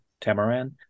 tamaran